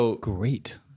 great